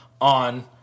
on